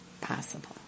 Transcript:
possible